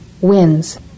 wins